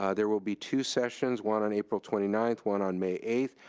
ah there will be two sessions, one on april twenty ninth, one on may eighth.